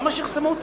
למה שיחסמו אותו?